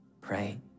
pray